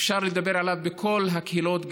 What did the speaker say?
אפשר לדבר עליו בכל הקהילות,